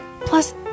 plus